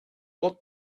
want